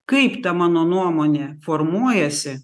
kaip ta mano nuomonė formuojasi